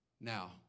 Now